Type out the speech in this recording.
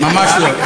ממש לא.